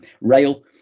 Rail